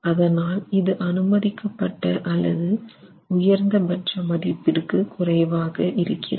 அதனால் இது அனுமதிக்கப்பட்ட அல்லது உயர்ந்த பட்ச மதிப்பிற்கு குறைவாக இருக்கிறது